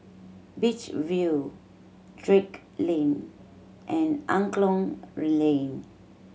Beach View Drake Lane and Angklong Lane